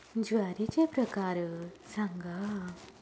ज्वारीचे प्रकार सांगा